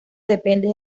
depende